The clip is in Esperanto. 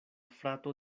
frato